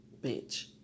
Bitch